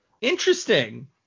interesting